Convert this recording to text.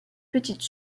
petite